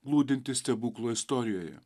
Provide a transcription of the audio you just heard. glūdintį stebuklo istorijoje